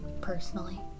personally